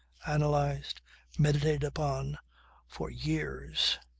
analysed, meditated upon for years.